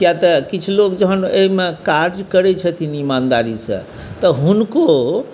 कियाक तऽ किछु लोक जखन एहिमे काज करैत छथिन इमानदारसँ तऽ हुनको